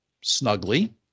snugly